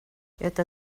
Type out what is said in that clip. это